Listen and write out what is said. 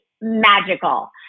magical